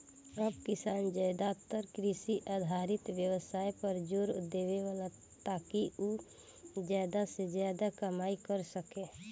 अब किसान ज्यादातर कृषि आधारित व्यवसाय पर जोर देवेले, ताकि उ ज्यादा से ज्यादा कमाई कर सके